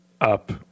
up